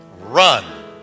run